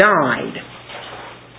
died